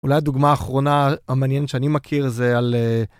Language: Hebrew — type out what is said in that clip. אולי הדוגמה האחרונה המעניינת שאני מכיר זה על.